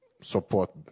support